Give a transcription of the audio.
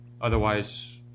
Otherwise